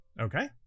Okay